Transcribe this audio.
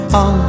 on